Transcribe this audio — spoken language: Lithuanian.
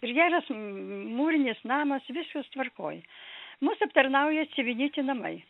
ir geras mūrinis namas viskas tvarkoj mus aptarnauja civinity namai